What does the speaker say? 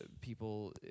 people